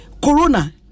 Corona